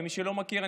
ומי שלא מכיר,